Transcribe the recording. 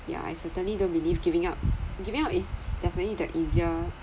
yeah I certainly don't believe giving up giving up is definitely the easier